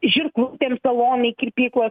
žirklutėm salonai kirpyklos